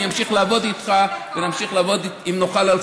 אני אמשיך לעבוד איתך אם נוכל להמשיך